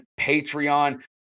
Patreon